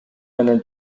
менен